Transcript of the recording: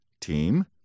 team